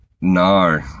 No